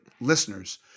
listeners